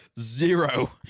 zero